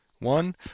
One